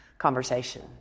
conversation